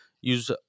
use